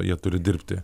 jie turi dirbti